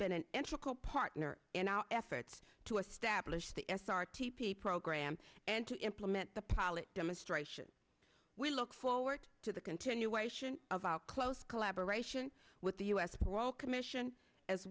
been an intricate partner in our efforts to establish the s r t p program and to implement the policy demonstration we look forward to the continuation of our close collaboration with the u s pro commission as